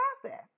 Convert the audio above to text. process